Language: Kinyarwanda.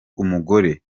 umugore